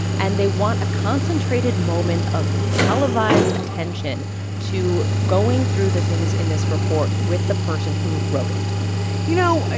and they want a concentrated moment of televised attention to going through the things in this report with the person who wrote it you know,